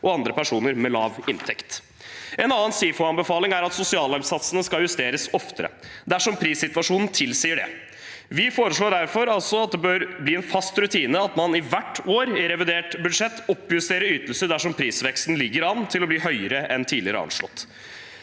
og andre personer med lav inntekt. En annen SIFO-anbefaling er at sosialhjelpssatsene skal justeres oftere dersom prissituasjonen tilsier det. Vi foreslår derfor at det bør bli en fast rutine at man hvert år i revidert nasjonalbudsjett oppjusterer ytelser dersom prisveksten ligger an til å bli høyere enn tidligere anslått.